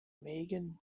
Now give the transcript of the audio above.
magen